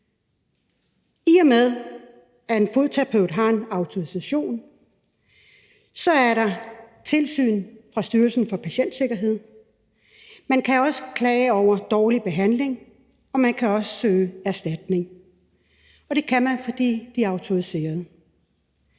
I og med at en fodterapeut har en autorisation, er der tilsyn fra Styrelsen for Patientsikkerhed. Man kan klage over dårlig behandling, og man kan også søge erstatning, og det kan man, fordi de er autoriserede.